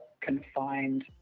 confined